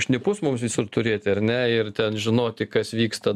šnipus mums visur turėti ar ne ir ten žinoti kas vyksta